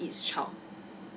each child